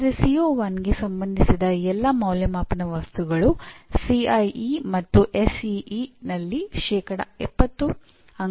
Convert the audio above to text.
ಅಂದರೆ ಎಲ್ಲಾ ಪದವೀಧರರು ಈ 12 ಪ್ರೋಗ್ರಾಮ್ ಪರಿಣಾಮಗಳನ್ನು ಸಾಧಿಸಬೇಕಾಗುತ್ತದೆ